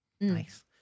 Nice